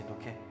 okay